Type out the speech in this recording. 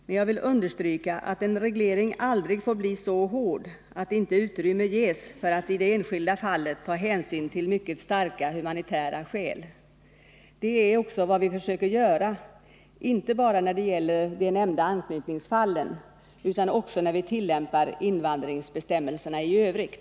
Men jag vill understryka att en reglering aldrig får bli så hård att inte utrymme ges för att i enskilda fall ta hänsyn till mycket starka humanitära skäl. Det är också vad vi försöker göra inte bara när det gäller de nämnda anknytningsfallen utan också när vi tillämpar invandringsbestämmelserna i övrigt.